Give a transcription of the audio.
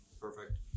Perfect